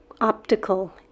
Optical